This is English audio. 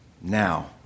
now